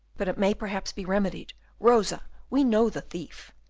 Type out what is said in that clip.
but it may perhaps be remedied. rosa, we know the thief!